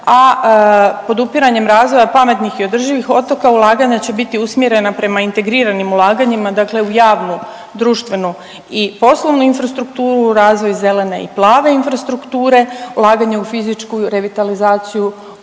a podupiranjem razvoja pametnih i održivih otoka ulaganja će biti usmjerena prema integriranim ulaganjima. Dakle, u javnu društvenu i poslovnu infrastrukturu, u razvoj zelene i plave infrastrukture, ulaganje u fizičku revitalizaciju,